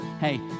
hey